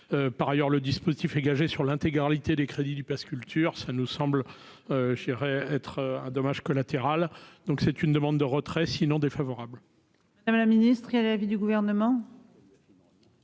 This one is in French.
par ailleurs, le dispositif est gagé sur l'intégralité des crédits du Pass culture, ça nous semble je serai être un dommage collatéral, donc c'est une demande de retrait sinon défavorable. Madame la ministre, l'avis du gouvernement.